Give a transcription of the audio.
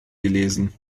gelesen